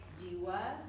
Jiwa